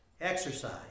Exercise